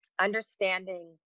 understanding